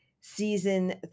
season